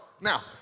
Now